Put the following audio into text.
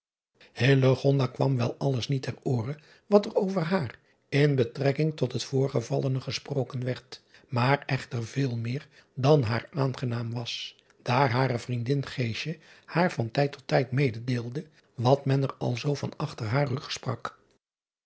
kwam wel alles niet ter ooren wat er over haar in betrekking tot het voorgevallene gesproken werd maar echter veel meer dan haar aangenaam was daar hare vriendin haar van tijd tot tijd mededeelde wat men er al zoo van achter haar